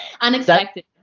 unexpected